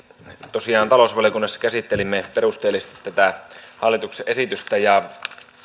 tosiaan talousvaliokunnassa käsittelimme perusteellisesti tätä hallituksen esitystä ja